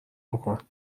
بکن